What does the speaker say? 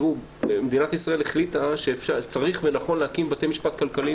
לפני עשר שנים מדינת ישראל החליטה שצריך ונכון להקים בתי משפט כלכליים,